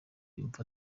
yumva